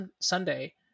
Sunday